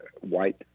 white